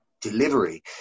delivery